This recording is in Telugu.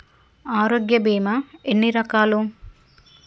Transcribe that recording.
ఆరోగ్య బీమా ఎన్ని రకాలు?